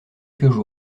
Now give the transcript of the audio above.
quelques